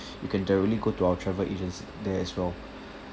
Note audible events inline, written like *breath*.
*breath* you can directly go to our travel agents there as well